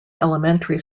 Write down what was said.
elementary